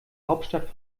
hauptstadt